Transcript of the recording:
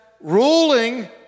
ruling